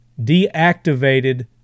deactivated